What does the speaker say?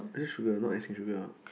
sugar not icing sugar ah